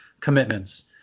commitments